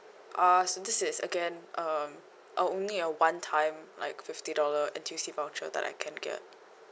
ah so this is again um uh only a one time like fifty dollar N_T_U_C voucher that I can get